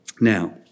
Now